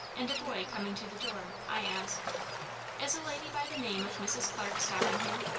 and a boy coming to the door, i asked is a lady by the name of mrs. clarke stopping here?